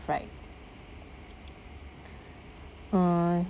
right mm